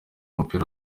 mupira